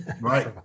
Right